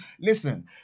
Listen